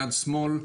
יד שמאל,